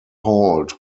halt